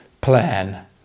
PLAN